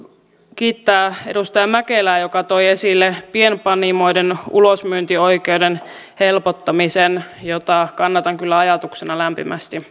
kiittää edustaja mäkelää joka toi esille pienpanimoiden ulosmyyntioikeuden helpottamisen jota kannatan kyllä ajatuksena lämpimästi